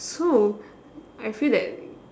so I feel that